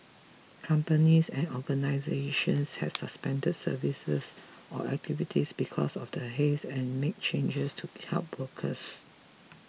companies and organisations have suspended services or activities because of the haze and made changes to help workers